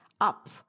up